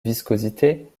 viscosité